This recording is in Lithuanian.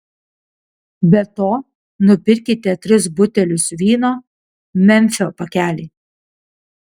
be to nupirkite tris butelius vyno memfio pakelį